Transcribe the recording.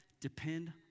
Depend